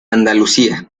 andalucía